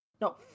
No